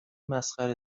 مسخره